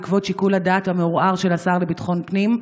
בעקבות שיקול הדעת המעורער של השר לביטחון פנים,